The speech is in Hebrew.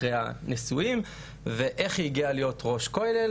לאחר הנישואין והיא התחילה לספר לי איך היא הגיעה להיות ראש כולל,